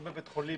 או בבית חולים